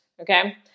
Okay